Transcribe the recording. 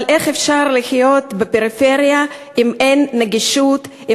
אבל איך אפשר לחיות בפריפריה אם אין נגישות,